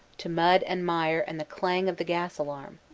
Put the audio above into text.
to mud and wire and the clang of the gas alarm.